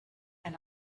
and